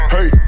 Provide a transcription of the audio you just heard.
Hey